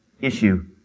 issue